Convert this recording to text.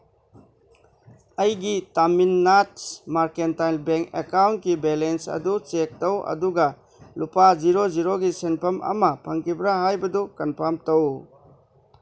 ꯑꯩꯒꯤ Tamilnad mercantile bank ꯑꯦꯀꯥꯎꯟꯀꯤ balance ꯑꯗꯨ ꯆꯦꯛ ꯇꯧ ꯑꯗꯨꯒ ꯂꯨꯄꯥ ꯖꯤꯔꯣ ꯖꯤꯔꯣꯒꯤ ꯁꯦꯟꯐꯝ ꯑꯃ ꯐꯪꯈꯤꯕ꯭ꯔꯥ ꯍꯥꯏꯕꯗꯨ ꯀꯟꯐꯥꯝ ꯇꯧ